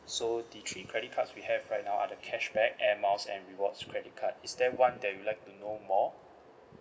so the three credit cards we have right now are the cashback air miles and rewards credit card is there one that you like to know more